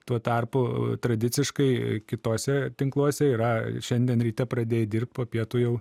tuo tarpu tradiciškai kituose tinkluose yra šiandien ryte pradėjai dirbt po pietų jau